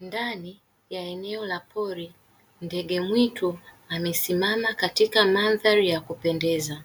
Ndani ya eneo la pori ndege mwitu amesimama katika mandhari ya kupendeza.